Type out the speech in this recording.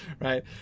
right